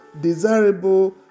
desirable